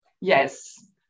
Yes